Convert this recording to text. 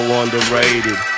underrated